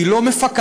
היא לא מפקחת,